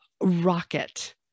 rocket